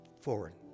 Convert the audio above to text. forward